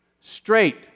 straight